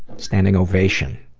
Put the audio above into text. standing ovation.